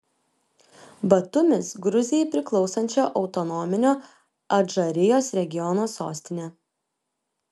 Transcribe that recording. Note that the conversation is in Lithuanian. batumis gruzijai priklausančio autonominio adžarijos regiono sostinė